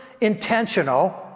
intentional